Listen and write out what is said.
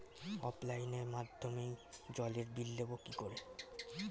অফলাইনে মাধ্যমেই জলের বিল দেবো কি করে?